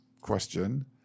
question